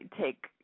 take